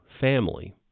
family